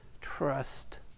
trust